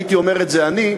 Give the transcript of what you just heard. הייתי אומר את זה אני.